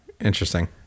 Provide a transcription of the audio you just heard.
interesting